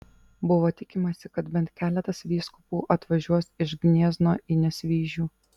buvo tikimasi kad bent keletas vyskupų atvažiuos iš gniezno į nesvyžių